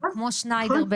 כמו שניידר,